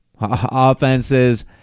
offenses